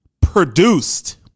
produced